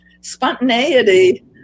Spontaneity